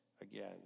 again